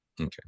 Okay